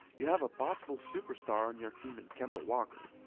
you have a possible superstar on your team in kemba walker.